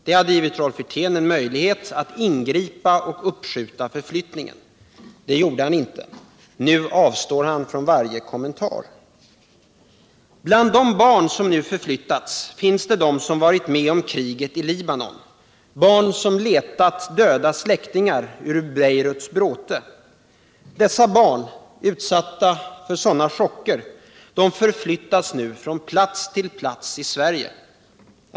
Den hade givit Rolf Wirtén en möjlighet att ingripa och uppskjuta förflyttningen. Det gjorde han inte. Nu avstår han från varje kommentar. Bland de barn som nu förflyttats finns de som varit med om kriget i Libanon, barn som letat döda släktingar i Beiruts bråte. Dessa barn, utsatta för sådana chocker, förflyttas nu från plats till plats i Sverige.